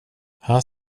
han